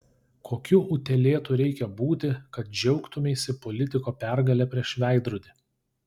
kokiu utėlėtu reikia būti kad džiaugtumeisi politiko pergale prieš veidrodį